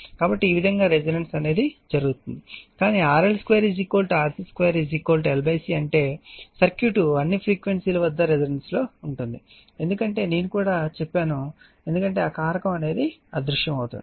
కాబట్టి ఈ విధంగా రెసోనెన్స్ జరుగుతుంది కానీ RL 2 RC 2 L C అంటే సర్క్యూట్ అన్నీ ఫ్రీక్వెన్సీ ల వద్ద రెసోనన్స్ లో ఉంటుంది ఎందుకంటే నేను కూడా చెప్పాను ఎందుకంటే ఆ కారకం అదృశ్యమవుతుంది